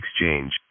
exchange